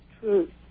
truth